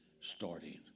starting